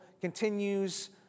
continues